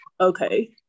Okay